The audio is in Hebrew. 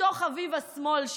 אותו חביב השמאל,